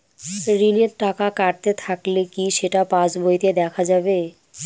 ঋণের টাকা কাটতে থাকলে কি সেটা পাসবইতে দেখা যাবে?